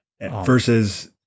Versus